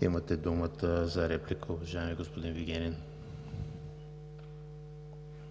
Имате думата за реплика, уважаеми господин Вигенин.